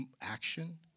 action